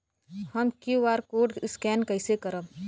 हम QR code scan कइसे करब?